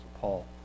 Paul